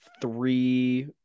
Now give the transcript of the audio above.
three